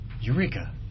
Eureka